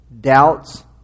doubts